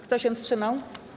Kto się wstrzymał?